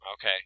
Okay